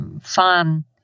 Fun